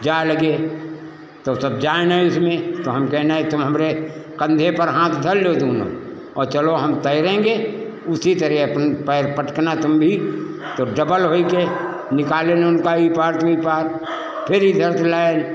जाए लगे तो सब जाएँ न इसमें तो हम कहे नहीं तुम हमरे कंधे पर हाथ धर लो दूनो और चलो हम तैरेंगे उसी तरह अपन पैर पटकना तुम भी तो डबल होई के निकालेन ओनका ई पार तो ई पार फिर इधर से लाएन